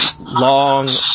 long